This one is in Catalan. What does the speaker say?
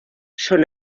són